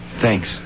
Thanks